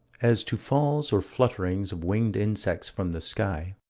as to falls or flutterings of winged insects from the sky,